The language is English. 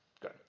Good